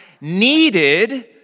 needed